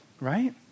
right